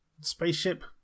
spaceship